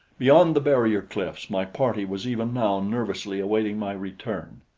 beyond the barrier cliffs my party was even now nervously awaiting my return.